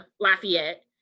Lafayette